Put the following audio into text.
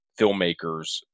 filmmakers